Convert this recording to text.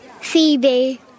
Phoebe